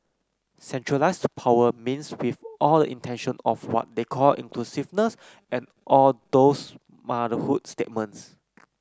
centralised power means with all the intention of what they call inclusiveness and all those motherhood statements